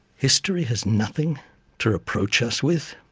history has nothing to reproach us with?